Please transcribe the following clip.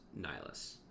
Nihilus